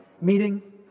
meeting